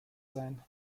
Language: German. sein